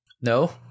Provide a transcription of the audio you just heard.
No